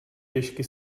pěšky